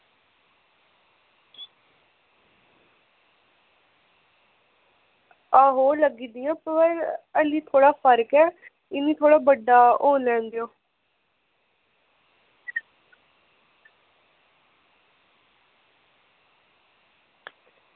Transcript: आहो लग्गी दी ऐ पर अल्ली थोह्ड़ा फर्क ऐ इ'यां थोह्ड़ा बड्डा होई लैन देओ